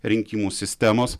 rinkimų sistemos